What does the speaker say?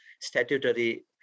statutory